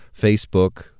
Facebook